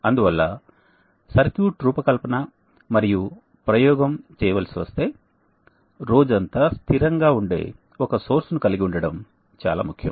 అందువల్ల సర్క్యూట్ రూపకల్పన మరియు ప్రయోగం చేయవలసి వస్తే రోజంతా స్థిరంగా ఉండే ఒక సోర్స్ ను కలిగి ఉండటం చాలా ముఖ్యం